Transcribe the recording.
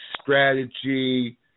strategy